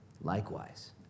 likewise